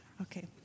Okay